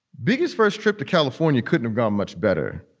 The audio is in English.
biggest first trip to california couldn't have gone much better.